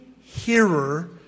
hearer